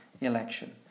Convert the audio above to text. election